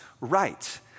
right